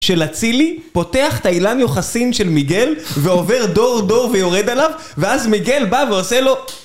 שלצילי, פותח את אילן היוחסין של מיגל, ועובר דור דור ויורד עליו, ואז מיגל בא ועושה לו...